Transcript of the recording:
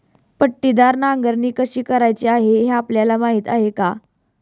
पट्टीदार नांगरणी कशी करायची हे आपल्याला माहीत आहे का?